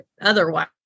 otherwise